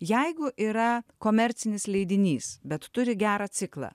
jeigu yra komercinis leidinys bet turi gerą ciklą